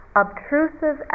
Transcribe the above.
obtrusive